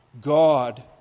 God